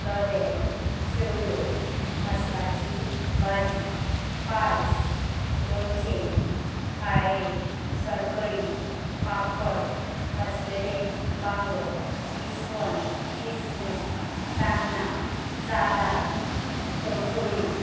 दोदेल शेवयो मस्काची भाजी पायस लोणचे खारे सोलकडी पापड भाजलेले बांगडो इस्वण किसमीस सान्नां सालाद तवसोळी